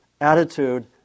attitude